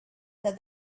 that